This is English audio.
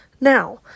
Now